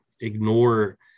ignore